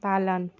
पालन